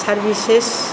services